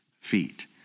feet